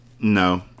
No